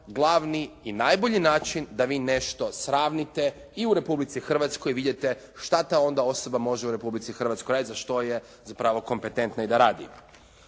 glavni i najbolji način da vi nešto sravnite i u Republici Hrvatskoj vidite šta ta onda osoba može u Republici Hrvatskoj raditi, za što je zapravo kompetentna i da radi.